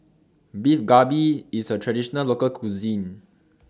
Beef Galbi IS A Traditional Local Cuisine